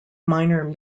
minor